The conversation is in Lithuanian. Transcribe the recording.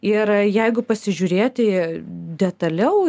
ir jeigu pasižiūrėti detaliau